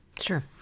Sure